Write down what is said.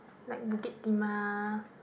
like Bukit Timah